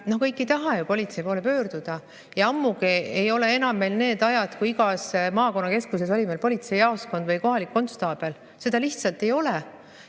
No kõik ei taha ju politsei poole pöörduda. Ammugi ei ole enam need ajad, kui igas maakonnakeskuses oli meil politseijaoskond või kohalik konstaabel. Seda lihtsalt ei ole.